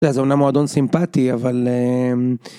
זה אמנם מועדון סימפתי אבל...